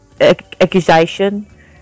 accusation